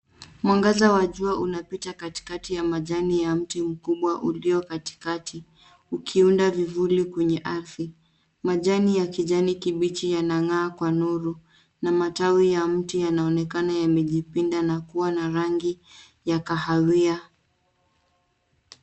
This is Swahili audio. Mwangaza wa jua unapita kati kati ya majani ya mti mkubwa ulio kati kati ukiunda vivuli kwenye ardhi. Majani ya kijani kibichi yanang'aa kwa nuru na matawi ya mti yanaonekana yamejipinda na kuwa na rangi ya kahawia.